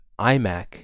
iMac